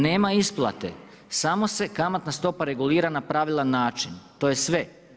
Nema isplate, samo se kamatna stopa regulira na pravilan način, to je sve.